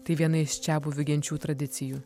tai viena iš čiabuvių genčių tradicijų